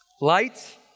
light